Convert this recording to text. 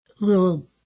little